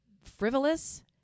frivolous